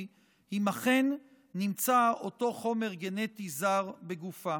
אם אכן נמצא אותו חומר גנטי זר בגופה.